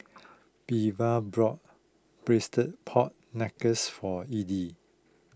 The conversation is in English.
Belva brought Braised Pork Knuckles for E D